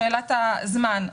שאלת הזמן,